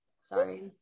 Sorry